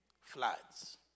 floods